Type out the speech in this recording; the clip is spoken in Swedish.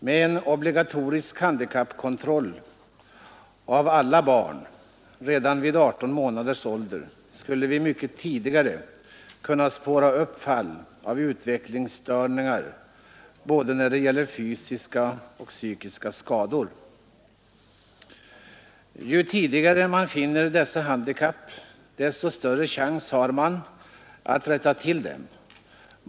Med en obligatorisk handikappkontroll av alla barn redan vid 18 månaders ålder skulle man mycket tidigare kunna spåra upp fall av utvecklingsstörningar när det gäller både fysiska och psykiska skador. Ju tidigare man finner dessa handikapp, desto större chans har man att rätta till dem.